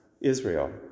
Israel